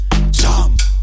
Jump